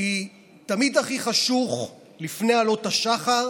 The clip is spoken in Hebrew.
כי תמיד הכי חשוך לפני עלות השחר,